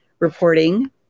reporting